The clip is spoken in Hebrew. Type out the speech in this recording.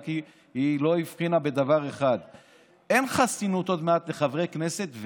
רק היא לא הבחינה בדבר אחד: אין חסינות עוד מעט לחברי הכנסת,